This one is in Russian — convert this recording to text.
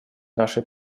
нашей